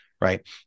right